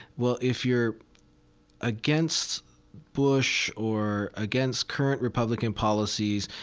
well, if you're against bush or against current republican policies,